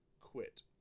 quit